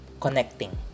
connecting